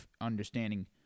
understanding